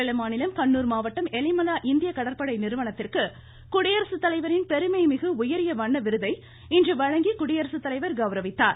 கேரள மாநிலம் கண்ணூர் மாவட்டம் எழிமலா இந்திய கடற்படை நிறுவனத்திற்கு குடியரசுத்தலைவரின் பெருமைமிகு உயரிய வண்ண விருதை இன்று வழங்கி குடியரசு தலைவர் கௌரவித்தார்